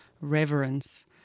reverence